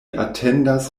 atendas